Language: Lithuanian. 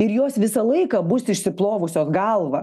ir jos visą laiką bus išsiplovusios galvą